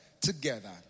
together